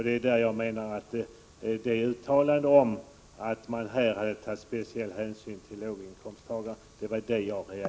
Det jag reagerade emot var uttalandet att man här hade tagit speciell hänsyn till låginkomsttagarna.